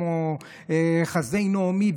כמו חסדי נעמי,